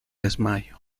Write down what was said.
desmayo